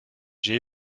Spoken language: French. j’ai